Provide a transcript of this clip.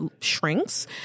shrinks